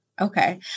Okay